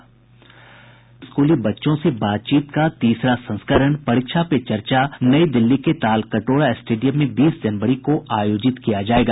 स्कूली बच्चों से बातचीत का तीसरा संस्करण परीक्षा पे चर्चा नई दिल्ली के तालकटोरा स्टेडियम में बीस जनवरी को आयोजित किया जायेगा